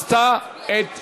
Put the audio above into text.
הצבעתי אצלי